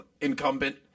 incumbent